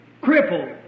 crippled